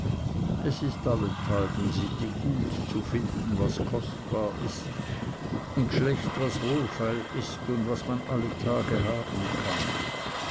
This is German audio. es ist allenthalben sitte gut zu finden was kostbar ist und schlecht was wohlfeil ist und was man alle tage haben kann